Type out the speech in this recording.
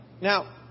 Now